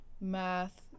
math